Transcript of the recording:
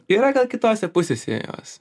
yra gal kitose pusėse jos